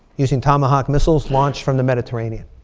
using tomahawk missiles launched from the mediterranean.